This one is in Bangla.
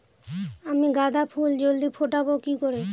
আমি গাঁদা ফুল জলদি ফোটাবো কি করে?